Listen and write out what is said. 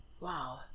Wow